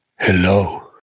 Hello